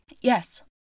Yes